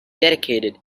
dedicated